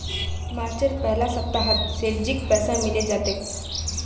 मार्चेर पहला सप्ताहत सेठजीक पैसा मिले जा तेक